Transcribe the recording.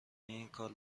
اینکار